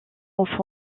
enfant